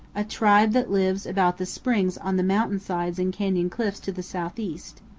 a tribe that lives about the springs on the mountain sides and canyon cliffs to the southwest.